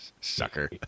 Sucker